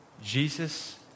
Jesus